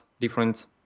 different